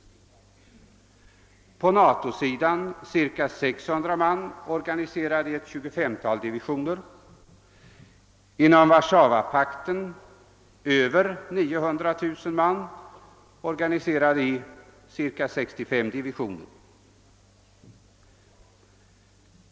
På NATO-sidan finns ca 600 000 man, organiserade i ett 25-tal divisioner, och inom Warszawapakten över 900 000 man, organiserade i ca 65 divisioner.